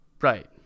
Right